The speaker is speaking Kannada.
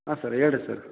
ಹಾಂ ಸರ್ ಹೇಳ್ರೀ ಸರ್